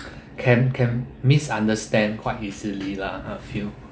can can misunderstand quite easily lah a few